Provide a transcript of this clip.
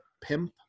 pimp